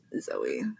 Zoe